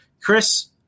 Chris